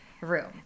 room